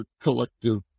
collective